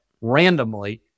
randomly